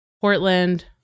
Portland